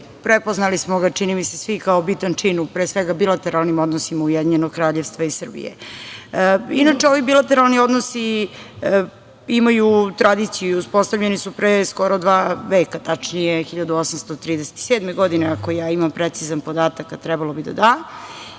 prepoznali smo ga čini mi se svi kao bitan čin u, pre svega, bilateralnim odnosima Ujedinjenog Kraljevstva i Srbija. Inače, ovi bilateralni odnosi imaju tradiciju, uspostavljeni su pre skoro dva veka, tačnije 1837. godine, ako ja imam precizan podatak, a trebalo bi da da,